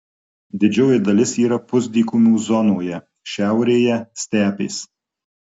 didžioji dalis yra pusdykumių zonoje šiaurėje stepės